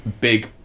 big